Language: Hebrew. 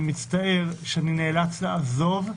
אני מצטער שאני נאלץ לעזוב.